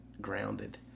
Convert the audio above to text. grounded